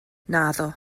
naddo